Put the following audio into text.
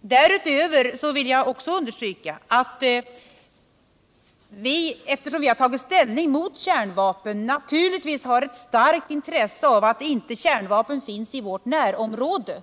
Därutöver vill jag understryka att vi, eftersom vi har tagit ställning mot kärnvapen, naturligtvis har ett starkt intresse av att kärnvapen inte finns i vårt närområde.